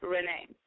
Renee